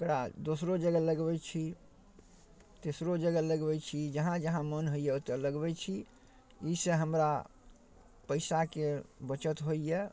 ओकरा दोसरो जगह लगबै छी तेसरो जगह लगबै छी जहाँ जहाँ मोन होइए ओतऽ लगबै छी एहिसँ हमरा पइसाके बचत होइए